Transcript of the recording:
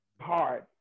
hard